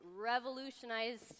revolutionized